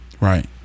Right